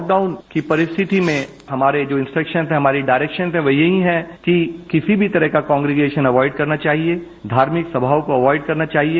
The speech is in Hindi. लॉकडाउन की परिस्थिति में हमारे जो इंस्ट्रेक्शन हैं हमारी डायरेक्शन वहीं है कि किसी भी तरह का कांग्रिगेशन अवॉयड करना चाहिए धार्मिक सभाओं को अवॉयड करना चाहिए